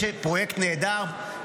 יש פרויקט נהדר,